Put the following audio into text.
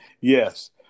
yes